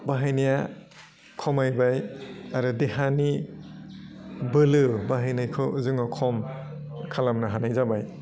बाहायनाया खमायबाइ आरो देहानि बोलो बाहायनायखौ जोङो खम खालामनो हानाय जाबाय